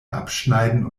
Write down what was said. abschneiden